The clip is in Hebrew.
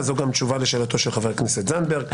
זאת גם תשובה לשאלתו של חבר הכנסת זנדברג.